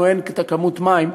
לנו אין את כמות המים.